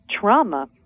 trauma